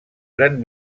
gran